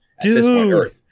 Dude